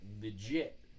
legit